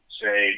say